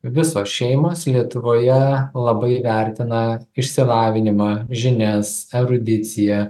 visos šeimos lietuvoje labai vertina išsilavinimą žinias erudiciją